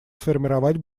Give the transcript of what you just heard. сформировать